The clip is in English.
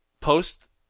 post